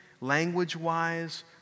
language-wise